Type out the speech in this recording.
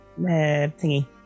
thingy